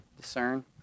discern